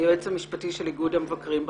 היועץ המשפטי של איגוד המבקרים.